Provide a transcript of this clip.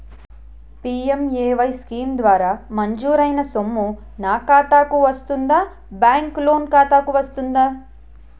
PMAY scheme ద్వారా మంజూరైన సొమ్ము నా ఖాతా కు వస్తుందాబ్యాంకు లోన్ ఖాతాకు వస్తుందా?